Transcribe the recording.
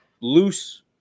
loose